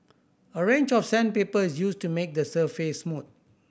a range of sandpaper is used to make the surface smooth